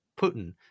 Putin